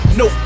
no